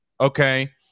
okay